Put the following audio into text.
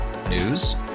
News